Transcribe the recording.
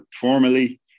formally